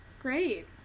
great